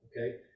okay